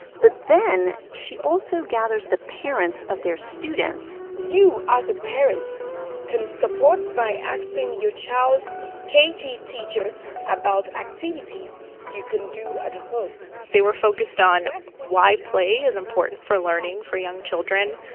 but then she also gathers the parents of their students you as a parent can support by asking your child's k t teacher about activities you can do at home they were focused on why play is important for learning for young children,